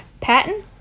Patton